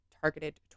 targeted